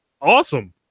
awesome